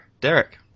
Derek